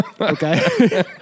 Okay